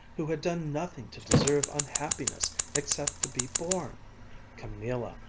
who had done nothing to deserve unhappiness except to be born camilla,